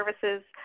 services